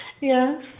Yes